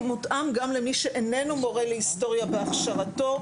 מותאם גם למי שאיננו מורה להיסטוריה בהכשרתו.